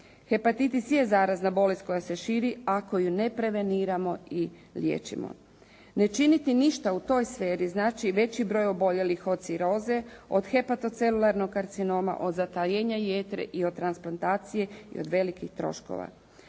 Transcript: Hepatitis je zarazna bolest koja se širi ako ju ne preveniramo i liječimo. Ne činiti ništa u toj sferi znači i veći broj oboljelih od ciroze, od hepatocelularnog karcinoma, od zatajenja jetre i od transplantacije i od velikih troškova.